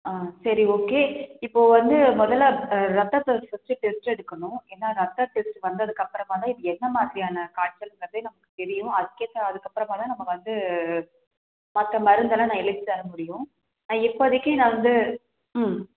ஆ சரி ஓகே இப்போது வந்து மொதலில் ரத்தத்தை ஃபஸ்ட்டு டெஸ்ட் எடுக்கணும் ஏன்னால் ரத்த டெஸ்ட் வந்ததுக்கப்புறமா தான் இது என்ன மாதிரியான காய்ச்சல்ங்கிறதே நமக்கு தெரியும் அதுக்கேற்ற அதுக்கப்புறமா தான் நம்ம வந்து மற்ற மருந்தெல்லாம் நான் எழுதி தர முடியும் இப்போதைக்கு நான் வந்து ம்